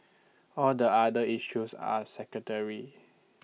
all the other issues are secondary